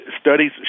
Studies